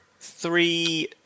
three